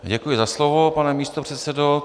Děkuji za slovo, pane místopředsedo.